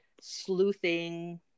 sleuthing